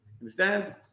Understand